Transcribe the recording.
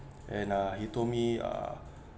and uh he told me ah